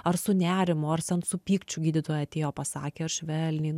ar su nerimu ar ten su pykčiu gydytoja atėjo pasakė ar švelniai